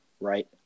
right